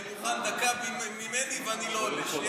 אני מוכן דקה ממני ואני לא עולה.